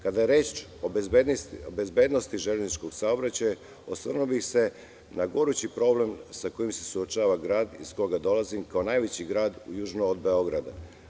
Kada je reč o bezbednosti železničkog saobraćaja osvrnuo bih se na gorući problem sa kojim se suočava grad iz koga dolazim kao najveći grad južno od Beograda.